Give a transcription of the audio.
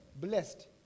blessed